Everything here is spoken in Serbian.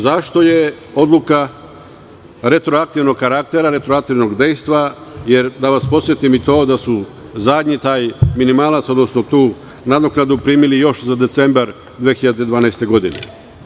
Zašto je odluka retroaktivnog karaktera, retroaktivnog dejstva jer, da vas podsetim, taj zadnji minimalac, odnosno tu nadoknadu, primili su još za decembar 2012. godine?